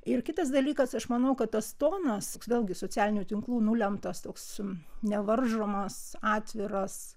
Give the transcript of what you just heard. ir kitas dalykas aš manau kad tas tonas toks vėl gi socialinių tinklų nulemtas toks nevaržomas atviras